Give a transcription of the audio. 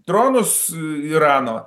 dronus irano